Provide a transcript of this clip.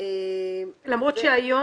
הצעה ראשונה של חברת הכנסת מירב בן ארי,